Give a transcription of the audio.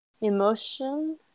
emotion